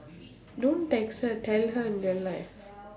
don't text her tell her in real life